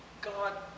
God